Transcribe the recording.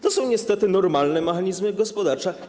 To są niestety normalne mechanizmy gospodarcze.